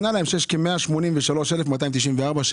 שיש כ-183,294.